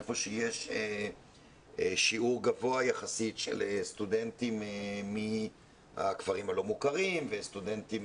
שיש שיעור גבוה יחסית של סטודנטים מהכפרים הלא מוכרים וסטודנטים